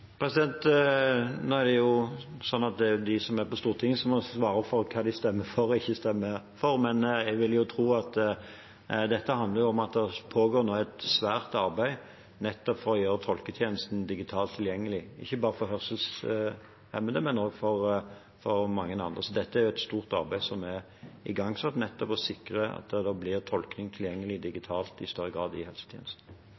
Nå er det jo sånn at det er de som er på Stortinget, som må svare for hva de stemmer for og ikke, men jeg vil tro at dette handler om at det nå pågår et svært arbeid nettopp for å gjøre tolketjenesten digitalt tilgjengelig, ikke bare for hørselshemmede, men også for mange andre. Dette er et stort arbeid som er igangsatt, nettopp å sikre at tolking blir tilgjengelig